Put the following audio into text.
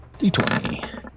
d20